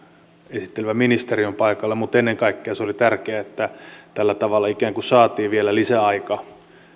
esittelevä ministeri on paikalla mutta ennen kaikkea se oli tärkeää sen vuoksi että tällä tavalla ikään kuin saatiin vielä lisäaika